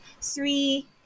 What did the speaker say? three